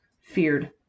feared